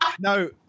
No